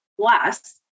plus